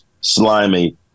Slimy